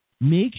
make